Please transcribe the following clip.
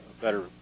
better